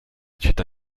città